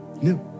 new